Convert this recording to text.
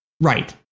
right